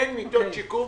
אין מיטות שיקום.